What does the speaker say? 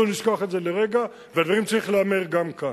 אסור לשכוח את זה לרגע, ולרגעים צריך להמר גם כאן.